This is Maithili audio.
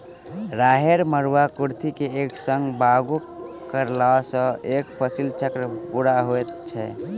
राहैड़, मरूआ, कुर्थी के एक संग बागु करलासॅ एक फसिल चक्र पूरा होइत छै